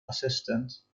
assistant